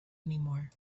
anymore